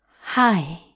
Hi